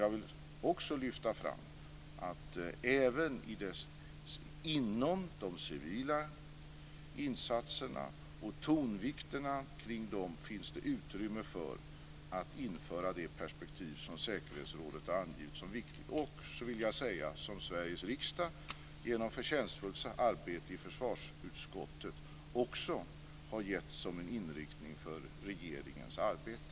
Jag vill också lyfta fram att även inom de civila insatserna finns det utrymme för att införa de perspektiv som säkerhetsrådet har angett som viktigt och som Sveriges riksdag genom förtjänstfullt arbete i försvarsutskottet har angett som inriktning för regeringens arbete.